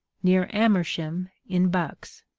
near amersham, in bucks.